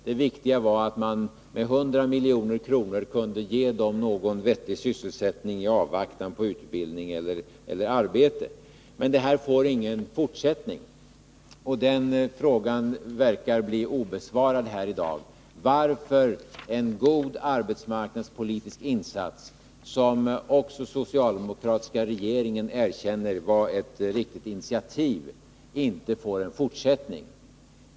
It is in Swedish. Det viktiga var att man med hjälp av 100 milj.kr. kunde ge dem en vettig sysselsättning i avvaktan på utbildning eller arbete. Men dessa åtgärder tycks inte få någon fortsättning. Den här frågan verkar bli obesvarad i dag: Varför får en god arbetsmarknadspolitisk insats, som också den socialdemokratiska regeringen har erkänt var ett riktigt initiativ, inte någon fortsättning?